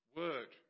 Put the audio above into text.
word